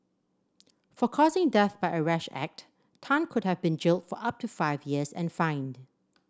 for causing death by a rash act Tan could have been jailed for up to five years and fined